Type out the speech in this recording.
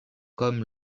comme